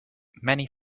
many